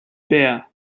bare